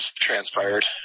transpired